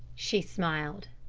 she smiled.